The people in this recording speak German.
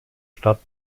stadt